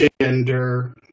gender